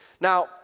Now